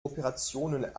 operationen